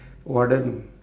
warden